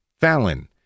Fallon